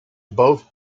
both